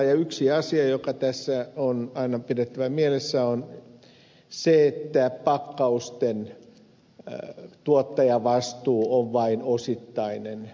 yksi asia joka tässä on aina pidettävä mielessä on se että pakkausten tuottajavastuu on vain osittainen